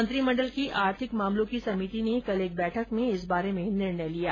मंत्रिमंडल की आर्थिक मामलों की समिति ने कल एक बैठक में इस बारे में निर्णय लिया